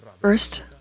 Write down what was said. First